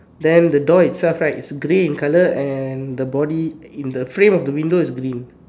then the door itself right is grey in color and the body in the frame of the window is green